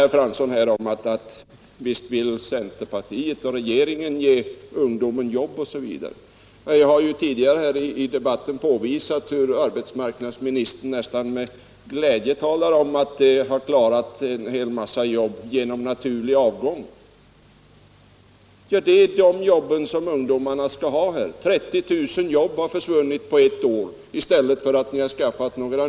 Herr Fransson sade att visst vill centerpartiet och regeringen ge ungdomen jobb osv. Men jag har ju tidigare i debatten framhållit att arbetsmarknadsministern nästan med glädje talat om att man klarar en mängd jobb genom naturlig avgång. Det är emellertid de jobben som ungdomarna skall ha. I stället för en ökning av antalet arbetstillfällen har vi fått en minskning med 30 000 på ett år.